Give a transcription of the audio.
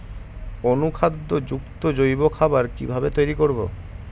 অনুখাদ্য যুক্ত জৈব খাবার কিভাবে তৈরি করব?